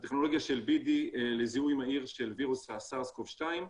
הטכנולוגיה של BD לזיהוי מהיר של וירוס הסארס קוב 2,